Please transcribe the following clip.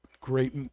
great